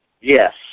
yes